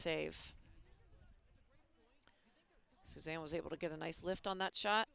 save suzanne was able to get a nice lift on that shot